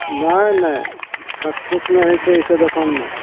नहि नहि ठकि फूसि नहि होइ छै अइसब दोकानमे